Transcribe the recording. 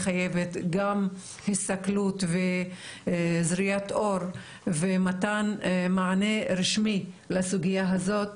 מחייבת גם הסתכלות וגם זריעת אור ומתן מענה רשמי לסוגיה הזאת,